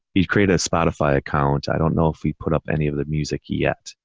he's created a spotify account. i don't know if he put up any of the music yet,